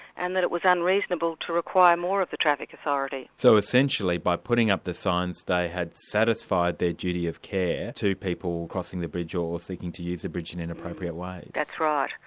and that it was unreasonable to require more of the traffic authority. so essentially, by putting up the signs, they had satisfied their duty of care to people crossing the bridge or seeking to use the bridge in inappropriate ways? like that's right.